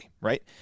right